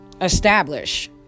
establish